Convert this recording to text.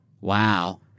Wow